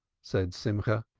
said simcha.